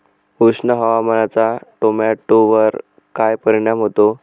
उष्ण हवामानाचा टोमॅटोवर काय परिणाम होतो?